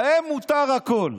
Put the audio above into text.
להם מותר הכול.